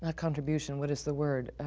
ah contribution, what is the word?